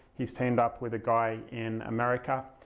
he's teamed up with a guy in america,